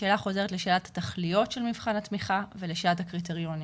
השאלה חוזרת לשאלת התכליות של מבחן התמיכה ולשאלת הקריטריונים.